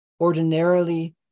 ordinarily